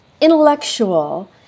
intellectual